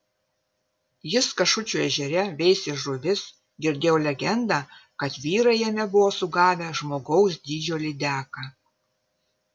jis kašučių ežere veisė žuvis girdėjau legendą kad vyrai jame buvo sugavę žmogaus dydžio lydeką